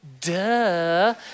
Duh